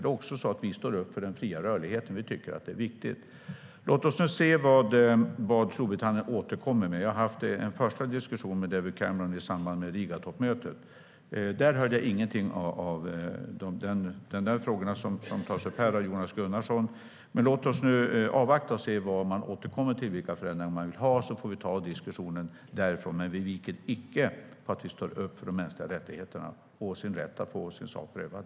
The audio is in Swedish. Vi står också upp för den fria rörligheten, för den är viktig. Låt oss se vad Storbritannien återkommer med. Jag hade en första diskussion med David Cameron i samband med Rigatoppmötet. Där hörde jag inget av det som tas upp av Jonas Gunnarsson. Men låt oss avvakta och se vad Storbritannien återkommer med och vilka förändringar man vill ha. Sedan får vi ta diskussionen därifrån. Vi viker dock icke från att stå upp för de mänskliga rättigheterna och rätten att få sin sak prövad.